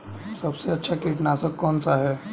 सबसे अच्छा कीटनाशक कौन सा है?